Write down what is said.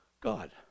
God